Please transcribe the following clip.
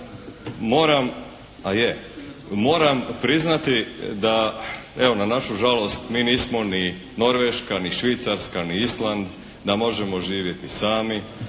moram priznati da, evo na našu žalost mi nismo ni Norveška, ni Švicarska, ni Island da možemo živjeti sami,